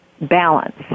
balance